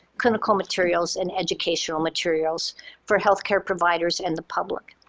clinical materials, and educational materials for healthcare providers and the public.